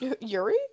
yuri